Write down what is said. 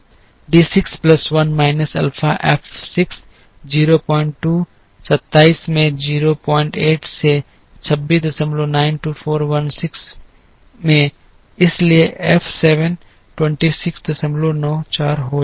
D 6 plus 1 minus alpha F 6 02 27 में 08 से 2692416 में इसलिए एफ 7 2694 हो जाएगा